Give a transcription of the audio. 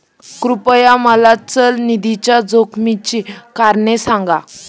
कृपया मला चल निधीच्या जोखमीची कारणे सांगा